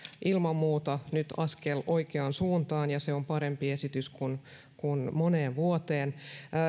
ilman muuta nyt askel oikeaan suuntaan ja se on parempi esitys kuin moneen vuoteen